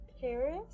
Paris